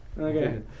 Okay